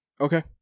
Okay